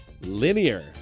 Linear